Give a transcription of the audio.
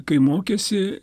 kai mokėsi